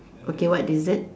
okay what is it